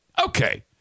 Okay